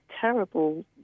terrible